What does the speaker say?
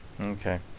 Okay